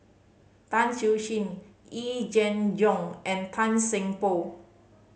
Tan Siew Sin Yee Jenn Jong and Tan Seng Poh